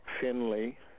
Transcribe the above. Finley